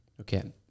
Okay